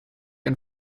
and